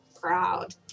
proud